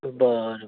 बरें